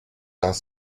vingt